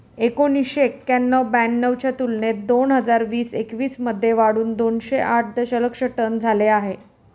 एकोणीसशे एक्क्याण्णव ब्याण्णव च्या तुलनेत दोन हजार वीस एकवीस मध्ये वाढून दोनशे आठ दशलक्ष टन झाले आहे